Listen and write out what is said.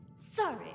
Sorry